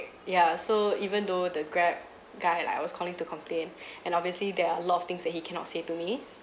ya so even though the grab guy lah I was calling to complain and obviously there are a lot of things that he cannot say to me